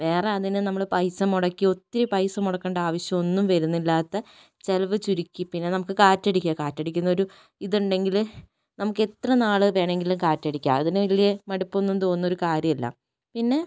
വേറെ അതിന് നമ്മള് പൈസ മുടക്കി ഒത്തിരി പൈസ മുടക്കണ്ട ആവശ്യം ഒന്നും വരുന്നില്ലാത്ത ചിലവ് ചുരുക്കി പിന്നെ നമുക്ക് കാറ്റടിക്കുക കാറ്റടിക്കുന്ന ഒരു ഇത് ഉണ്ടെങ്കില് നമുക്ക് എത്ര നാള് വേണമെങ്കിലും കാറ്റടിക്കാം അതിന് വലിയ മടുപ്പൊന്നും തോന്നുന്ന ഒരു കാര്യമല്ല പിന്നെ